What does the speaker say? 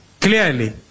clearly